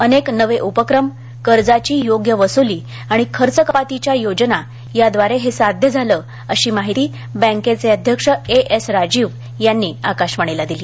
अनेक नवे उपक्रम कर्जाची योग्य वसूली आणि खर्च कपातीच्या योजना याद्वारे हे साध्य झाले अशी माहिती बँकेचे अध्यक्ष एस एस राजीव यांनी दिली